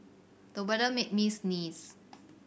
the weather made me sneeze